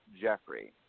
Jeffrey